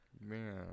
Man